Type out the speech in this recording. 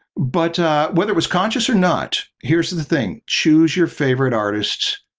but whether it was conscious or not, here's the thing choose your favorite artists,